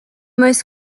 most